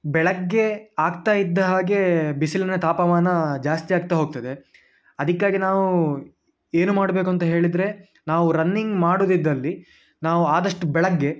ಬೆಳಗ್ಗೆ ಆಗ್ತಾ ಇದ್ದ ಹಾಗೆ ಬಿಸಿಲನ ತಾಪಮಾನ ಜಾಸ್ತಿ ಆಗ್ತಾ ಹೋಗ್ತದೆ ಅದಕ್ಕಾಗಿ ನಾವು ಏನು ಮಾಡಬೇಕು ಅಂತ ಹೇಳಿದರೆ ನಾವು ರನ್ನಿಂಗ್ ಮಾಡುವುದಿದ್ದಲ್ಲಿ ನಾವು ಆದಷ್ಟು ಬೆಳಗ್ಗೆ